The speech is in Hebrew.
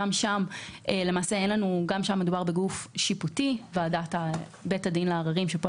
גם שם מדובר בגוף שיפוטי בית הדין לעררים שפועל